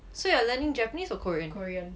so you are learning japanese or korean